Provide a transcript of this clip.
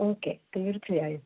okay തീർച്ചയായും